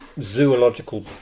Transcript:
zoological